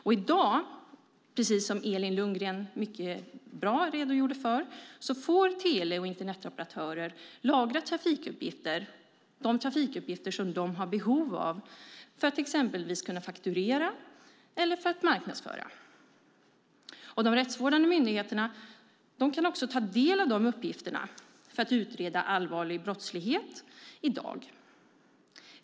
I dag, precis som Elin Lundgren mycket bra redogjorde för, får tele och internetoperatörer lagra trafikuppgifter som de har behov av för att exempelvis kunna fakturera eller för marknadsföring. De rättsvårdande myndigheterna kan ta del av de uppgifterna för att utreda allvarlig brottslighet i dag.